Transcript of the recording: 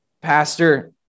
Pastor